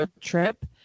trip